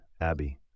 Abby